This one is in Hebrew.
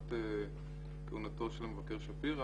בתקופת כהונתו של המבקר שפירא,